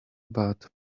but